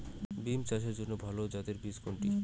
বিম চাষের জন্য ভালো জাতের বীজ কোনটি?